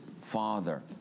father